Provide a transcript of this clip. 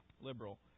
liberal